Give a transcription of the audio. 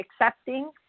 accepting